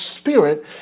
spirit